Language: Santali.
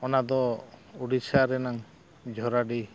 ᱚᱱᱟ ᱫᱚ ᱩᱲᱤᱥᱥᱟ ᱨᱮᱱᱟᱜ ᱡᱷᱚᱨᱟᱰᱤ